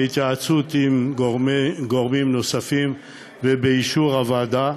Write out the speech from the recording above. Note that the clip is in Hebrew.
בהתייעצות עם גורמים נוספים ובאישור הוועדה,